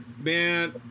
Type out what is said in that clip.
man